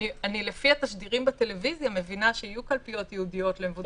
לפי התשדירים בטלוויזיה אני מבינה שיהיו קלפיות ייעודיות למבודדים.